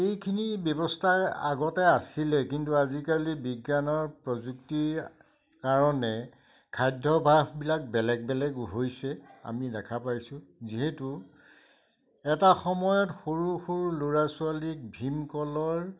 এইখিনি ব্যৱস্থা আগতে আছিলে কিন্তু আজিকালি বিজ্ঞানৰ প্ৰযুক্তিৰ কাৰণে খাদ্যাভ্যাসবিলাক বেলেগ বেলেগ হৈছে আমি দেখা পাইছোঁ যিহেতু এটা সময়ত সৰু সৰু ল'ৰা ছোৱালীক ভীমকলৰ